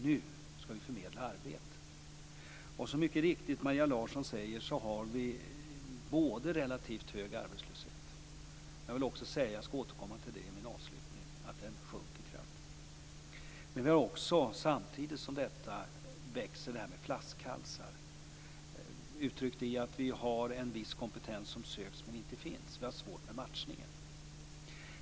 Nu skall vi förmedla arbeten. Som Maria Larsson mycket riktigt säger har vi en relativt hög arbetslöshet. Men jag vill också säga, och jag skall återkomma till det i min avslutning, att den sjunker kraftigt. Samtidigt som vi har hög arbetslöshet växer detta med flaskhalsar, uttryckt i att det är en viss kompetens som söks men som inte finns - vi har problem med matchningen.